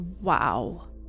Wow